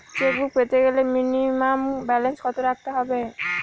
Chequebook পেতে গেলে minimum balance কত রাখতে হবে?